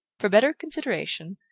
for better consideration,